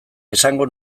esango